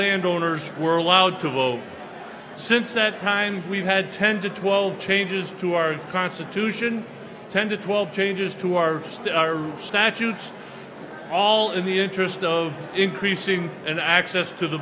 land owners were allowed to vote since that time we've had ten to twelve changes to our constitution ten to twelve changes to our state our statutes all in the interest of increasing and access to the